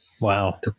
Wow